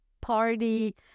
party